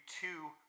two